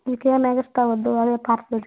ఇంకా ఏమి ఎక్స్ట్రా వద్దు అవే పార్సెల్ చేయండి